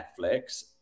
Netflix